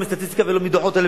לא מסטטיסטיקה ולא מדוחות,